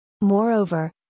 Moreover